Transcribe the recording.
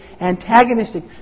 antagonistic